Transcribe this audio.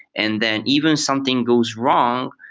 and then even something goes wrong,